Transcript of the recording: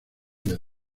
del